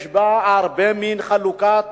יש בה הרבה חלוקת